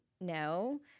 no